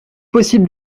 possible